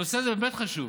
הנושא הזה באמת חשוב,